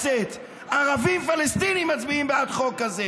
מפתיע שגזען פתולוגי כמו אופיר סופר מעלה את זה.